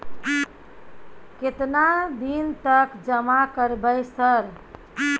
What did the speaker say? केतना दिन तक जमा करबै सर?